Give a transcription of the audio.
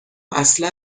اصلا